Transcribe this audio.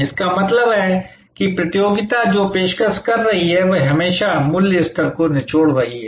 इसका मतलब है कि प्रतियोगिता जो पेशकश कर रही है वह हमेशा मूल्य स्तर को निचोड़ रही है